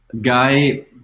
guy